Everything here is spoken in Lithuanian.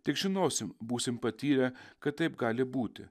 tik žinosim būsim patyrę kad taip gali būti